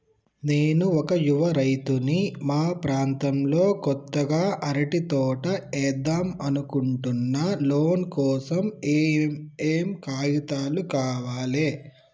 నేను ఒక యువ రైతుని మా ప్రాంతంలో కొత్తగా అరటి తోట ఏద్దం అనుకుంటున్నా లోన్ కోసం ఏం ఏం కాగితాలు కావాలే?